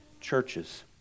churches